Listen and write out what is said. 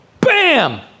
bam